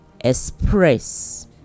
express